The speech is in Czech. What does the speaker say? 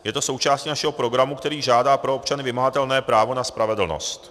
Je to součástí našeho programu, který žádá pro občany vymahatelné právo na spravedlnost.